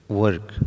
work